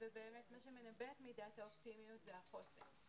ובאמת מה שמנבא את מידת האופטימיות זה החוסן.